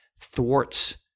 thwarts